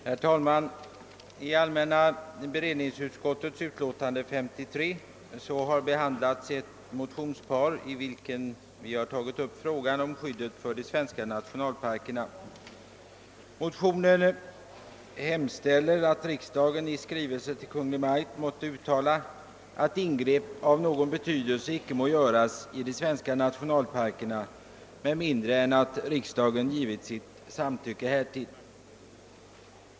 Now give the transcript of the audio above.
Herr talman! I allmänna beredningsutskottets utlåtande nr 53 har behandlats ett motionspar i vilket vi tagit upp frågan om skyddet för de svenska nationalparkerna. Motionärerna hemställer att riksdagen i skrivelse till Kungl. Maj:t måtte uttala att ingrepp av någon betydelse icke må göras i de svenska nationalparkerna med mindre än att riksdagen givit sitt samtycke härtill.